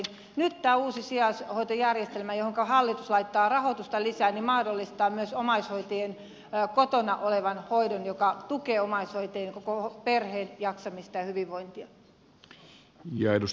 nyt tämä uusi sijaishoitojärjestelmä johonka hallitus laittaa rahoitusta lisää mahdollistaa myös kotona olevan hoidon mikä tukee omaishoitajien ja koko perheen jaksamista ja hyvinvointia